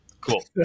cool